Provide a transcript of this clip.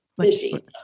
fishy